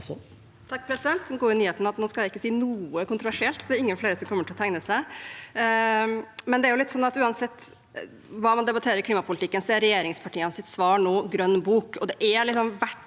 at jeg nå ikke skal si noe kontroversielt, så det er ingen flere som kommer til å tegne seg. Men det er litt slik at uansett hva man debatterer i klimapolitikken, er regjeringspartienes svar nå Grønn bok. Og det er verdt